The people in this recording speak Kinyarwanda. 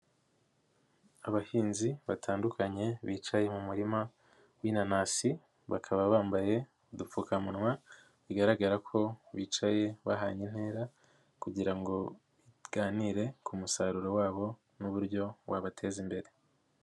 Abahinzi batandukanye bicaye mu murima w'inanasi, bakaba bambaye udupfukamunwa bigaragara ko bicaye bahanye intera kugira ngo baganire ku musaruro wabo n'uburyo wabateza imbere.